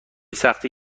سختی